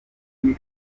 turi